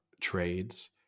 trades